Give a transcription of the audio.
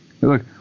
look